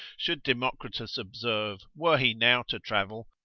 should democritus observe, were he now to travel,